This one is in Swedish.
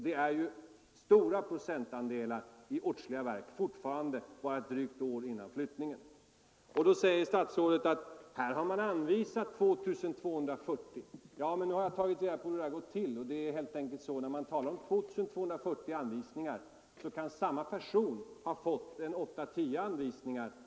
Det är ju fortfarande stora procentandelar i åtskilliga verk, bara ett drygt år före flyttningen. Då säger statsrådet: Här har man anvisat 2240. Men nu har jag tagit reda på hur det här gått till. Det är helt enkelt så att samma person kan ha fått 8-10 anvisningar.